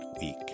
week